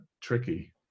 tricky